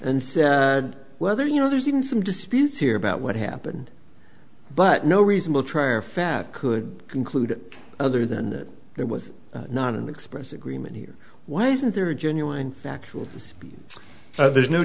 see whether you know there's even some dispute here about what happened but no reasonable trier fat could conclude other than that it was not an express agreement here why isn't there a genuine factual there's no